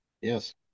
Yes